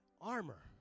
armor